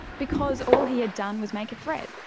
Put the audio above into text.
because all he had done was make a threat.